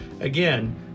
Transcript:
Again